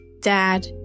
dad